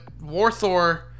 Warthor